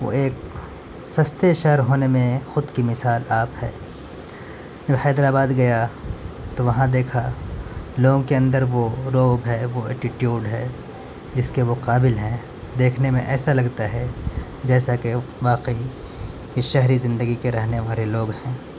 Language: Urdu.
وہ ایک سستے شہر ہونے میں خود کی مثال آپ ہے جب حیدر آباد گیا تو وہاں دیکھا لوگوں کے اندر وہ رعب ہے وہ ایٹیٹیوڈ ہے جس کے وہ قابل ہیں دیکھنے میں ایسا لگتا ہے جیسا کہ واقعی اس شہری زندگی کے رہنے والے لوگ ہیں